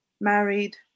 married